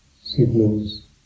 signals